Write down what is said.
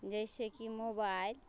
जैसे कि मोबाइल